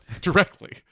directly